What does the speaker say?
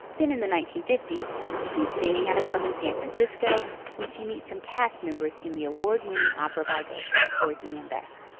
then in the nineteen fifty s she's singing at a club in san francisco when she meets some cast members in the award winning opera by gershwin porgy and bess.